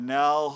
now